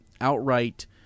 outright